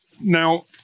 Now